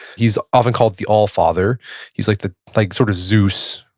he's often called the allfather. he's like the like sort of zeus,